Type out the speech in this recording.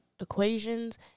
equations